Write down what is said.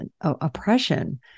oppression